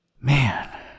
man